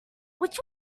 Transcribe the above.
which